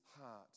heart